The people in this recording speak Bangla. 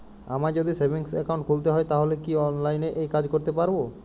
আমায় যদি সেভিংস অ্যাকাউন্ট খুলতে হয় তাহলে কি অনলাইনে এই কাজ করতে পারবো?